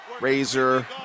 razor